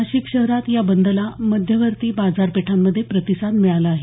नाशिक शहरात या बंदला मध्यवर्ती बाजार पेठांमध्ये प्रतिसाद मिळाला आहे